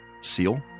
seal